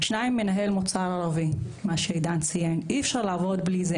שניים, מנהל מוצר ערבי, אי-אפשר לעבוד בלי זה.